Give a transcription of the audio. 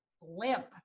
Limp